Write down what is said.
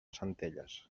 centelles